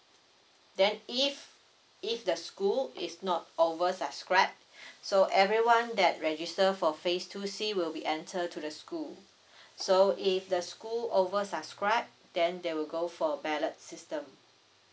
then if if the school is not over subscribe so everyone that register for phase two C will be entered to the school so if the school over subscribe then they will go for ballot system